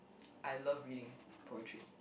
I love reading poetry